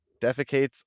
defecates